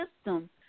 system